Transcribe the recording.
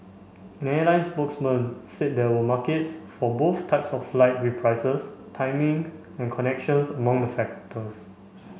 an airline spokesman said there were markets for both types of flight with prices timing and connections among the factors